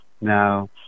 now